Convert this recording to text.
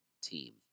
team